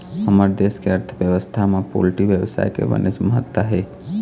हमर देश के अर्थबेवस्था म पोल्टी बेवसाय के बनेच महत्ता हे